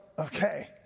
Okay